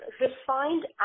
refined